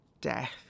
death